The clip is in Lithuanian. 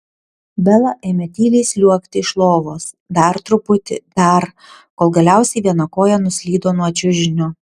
bela ėmė tyliai sliuogti iš lovos dar truputį dar kol galiausiai viena koja nuslydo nuo čiužinio